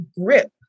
grip